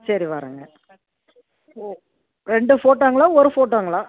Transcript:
சரி வரங்க ஓ ரெண்டு ஃபோட்டோங்களா ஒரு ஃபோட்டோங்களா